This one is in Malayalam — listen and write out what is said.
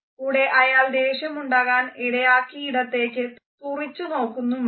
കൂടെ അയാൾ ദേഷ്യം ഉണ്ടാകാൻ ഇടയാക്കിയിടത്തേയ്ക്ക് തുറിച്ചു നോക്കുന്നുമുണ്ട്